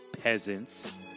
peasants